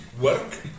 work